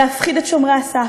להפחיד את שומרי הסף,